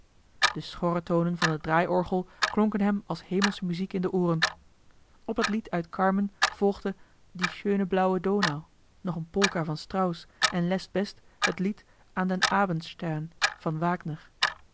de schorre tonen van het draaiorgel klonken hem als hemelsche muziek in de ooren op het lied uit carmen volgde die schöne blaue donau nog eene polka van strauss en lest best het lied an den abendstern van wagner